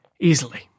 easily